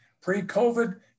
Pre-COVID